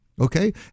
Okay